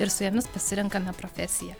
ir su jomis pasirenkame profesiją